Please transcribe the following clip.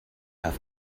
have